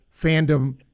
fandom